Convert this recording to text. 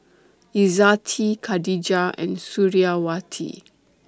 Izzati Khadija and Suriawati